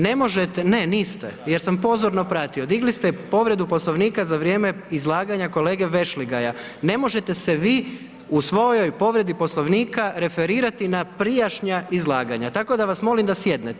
Ne možete, … [[Upadica se ne razumije.]] ne niste jer sam pozorno pratio, digli ste povredu Poslovnika za vrijeme izlaganja kolege VEšligaja, ne možete se vi u svojoj povredi Poslovnika referirati na prijašnja izlaganja, tako da vas molim da sjednete.